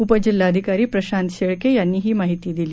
उपजिल्हाधिकारी प्रशांत शेळके यांनी ही माहिती दिली